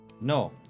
No